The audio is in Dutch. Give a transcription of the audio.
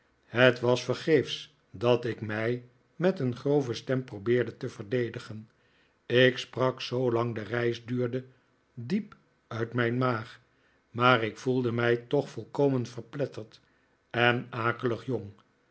het was vergeefs dat ik mij met een grove stem probeerde te verdedigen ik sprak zoolang de reis duurde diep uit mijn maag maar ik voelde mij toch volkomen verpletterd en akelig jong